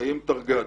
שמסיים תרג"ד